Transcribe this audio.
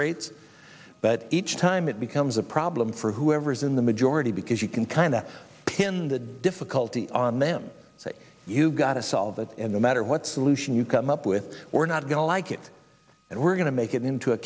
rates but each time it becomes a problem for whoever is in the majority because you can kind of pin the difficulty on them say you've got to solve it in the matter what solution you come up with we're not going to like it and we're going to make it into a